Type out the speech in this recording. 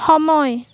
সময়